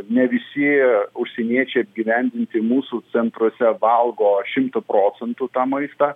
ne visi užsieniečiai apgyvendinti mūsų centruose valgo šimtu procentų tą maistą